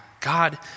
God